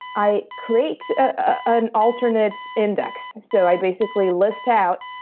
i create an alternate index. so, i basically list out,